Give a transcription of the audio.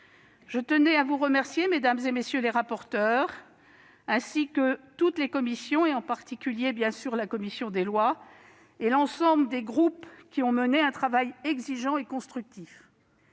Je tenais à vous remercier, mesdames, messieurs les rapporteurs, ainsi que toutes les commissions- en particulier la commission des lois -et l'ensemble des groupes, qui ont mené un travail exigeant et constructif.